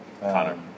Connor